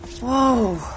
Whoa